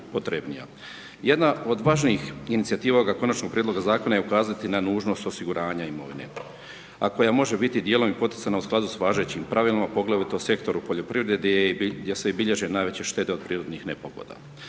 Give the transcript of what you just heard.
Jedna od važnijih inicijativa ovog konačnog prijedloga zakona je ukazati na nužnost osiguranja imovine, a koja može biti dijelom i poticana u skladu sa važećim pravilima, poglavito u sektoru poljoprivrede gdje se i bilježe najveće štete od prirodnih nepogoda.